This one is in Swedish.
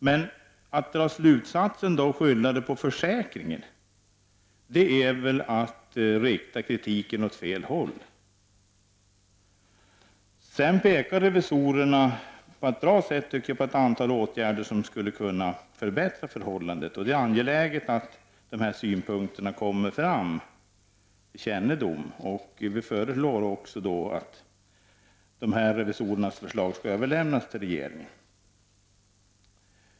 Men att dra slutsatsen att detta skall skyllas på försäkringen är väl att rikta kritiken åt fel håll. Sedan pekade revisorerna på ett bra sätt, tycker jag, på ett antal åtgärder som skulle kunna förbättra förhållandet. Det är angeläget att de synpunkterna blir kända. Vi föreslår också att revisorernas förslag skall överlämnas till regeringen.